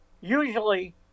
usually